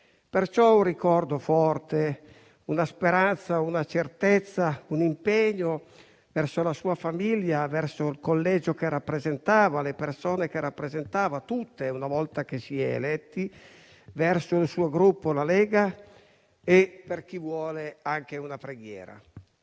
perciò, un ricordo forte, una speranza, una certezza, un impegno verso la sua famiglia, verso il collegio, tutte le persone che rappresentava una volta che si è eletti e verso il Gruppo Lega. Per chi vuole rivolgiamo anche una preghiera.